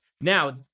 Now